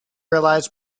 realize